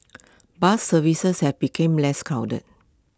bus services have become less crowded